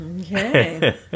Okay